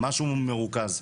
משהו מרוכז?